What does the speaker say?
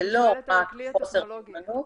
זה לא רק חוסר מיומנות.